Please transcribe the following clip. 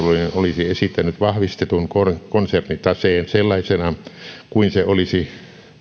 olisi esittänyt vahvistetun konsernitaseen sellaisena kuin se olisi